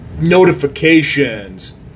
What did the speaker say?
notifications